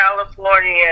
California